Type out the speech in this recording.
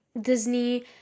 Disney